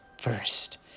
first